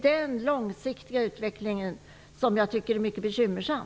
Den långsiktiga utvecklingen är mycket bekymmersam.